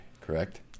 correct